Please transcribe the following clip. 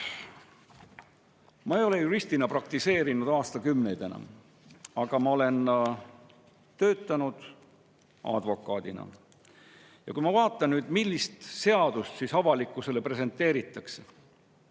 ma ei ole juristina praktiseerinud enam aastakümneid, aga ma olen töötanud advokaadina. Ja kui ma vaatan, millist seadust avalikkusele presenteeritakse